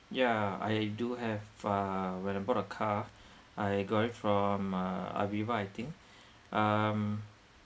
ya I do have !wah! when I bought a car I got it from err AVIVA I think um